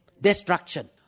Destruction